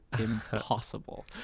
impossible